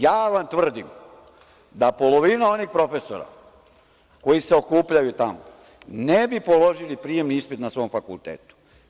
Ja vam tvrdim da polovina onih profesora koji se okupljaju tamo ne bi položili prijemni ispit na svom fakultetu.